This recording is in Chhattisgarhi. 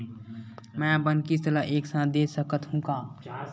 मै अपन किस्त ल एक साथ दे सकत हु का?